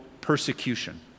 persecution